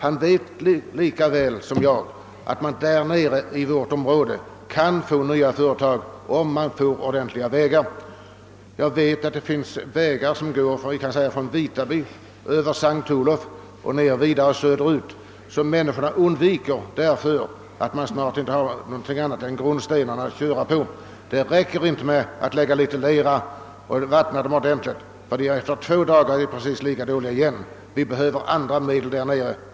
Han vet lika väl som jag att vi i vårt område skulle kunna få nya företag om vägarna rustades upp. Vissa vägar, t.ex. de som går från Vitaby över S:t Olof och vidare söderut, undviks nu därför att man snart inte har någonting annat än grundstenarna att köra på. Det räcker inte att lägga lite lera och sedan vattna ordentligt — efter två dagar är de lika dåliga igen.